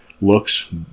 looks